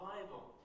Bible